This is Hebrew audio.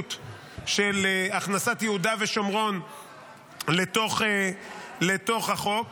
החשיבות של הכנסת יהודה ושומרון לתוך החוק